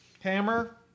hammer